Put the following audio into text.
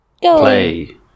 Play